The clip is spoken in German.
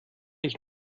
ich